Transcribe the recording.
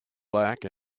black